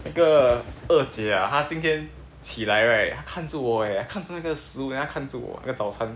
那个二姐啊她今天起来 right 她看住我哦看着那个食物 then 她看住我那个早餐